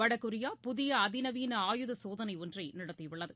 வடகொரியா புதியஅதிநவீன ஆயுத சோதனைஒன்றைநடத்தியுள்ளது